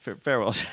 farewell